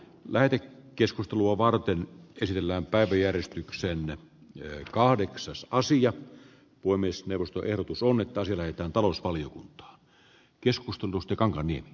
väite keskustelua varten kysellään pääjäristyksen ja kahdeksas ossi ja puomiismevastaehdotus on että sillä että talousvaliokunta herra puhemies